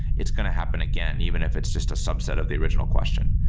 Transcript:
it's going to happen again even if it's just a subset of the original question.